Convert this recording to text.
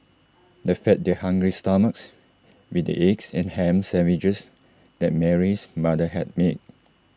they fed their hungry stomachs with the eggs and Ham Sandwiches that Mary's mother had made